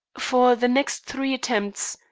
for the next three attempts,